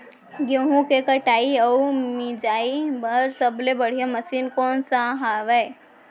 गेहूँ के कटाई अऊ मिंजाई बर सबले बढ़िया मशीन कोन सा हवये?